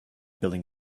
building